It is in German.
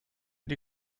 die